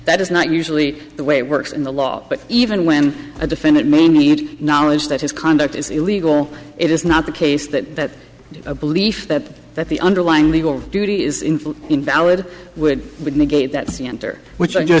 that is not usually the way it works in the law but even when a defendant may need knowledge that his conduct is illegal it is not the case that a belief that that the underlying legal duty is invalid would would negate that c enter which